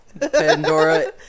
Pandora